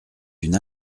d’une